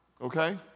okay